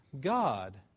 God